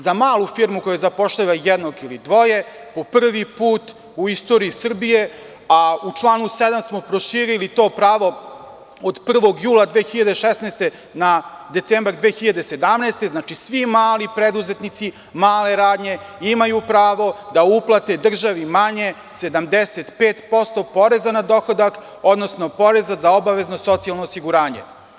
Za malu firmu koja zapošljava jednog ili dvoje po prvi put u istoriji Srbije, a u članu 7. smo proširili to pravo od 1. jula 2016. godine na decembar 2017. godine da svi mali preduzetnici, male radnje imaju pravo da uplate državi manje 75% poreza na dohodak, odnosno poreza za obavezno socijalno osiguranje.